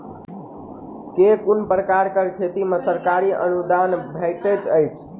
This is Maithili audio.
केँ कुन प्रकारक खेती मे सरकारी अनुदान भेटैत अछि?